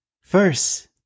first